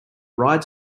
rides